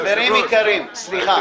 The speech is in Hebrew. חברים יקרים, סליחה.